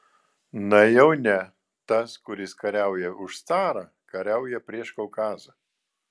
na jau ne tas kuris kariauja už carą kariauja prieš kaukazą